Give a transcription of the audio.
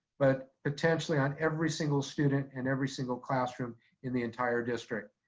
but potentially on every single student and every single classroom in the entire district.